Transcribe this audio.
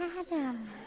Adam